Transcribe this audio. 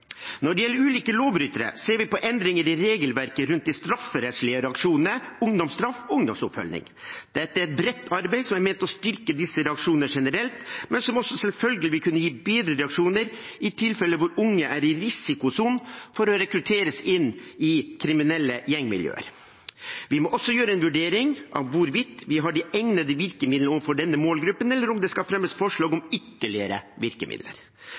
Når det gjelder ulike lovbrytere, ser vi på endringer i regelverket rundt de strafferettslige reaksjonene ungdomsstraff og ungdomsoppfølging. Dette er et bredt arbeid som er ment å styrke disse reaksjonene generelt, men som også selvfølgelig vil kunne gi bedre reaksjoner i tilfeller hvor unge er i risikosonen for å rekrutteres inn i kriminelle gjengmiljøer. Vi må også gjøre en vurdering av hvorvidt vi har de egnede virkemidlene overfor denne målgruppen, eller om det skal fremmes forslag om ytterligere virkemidler.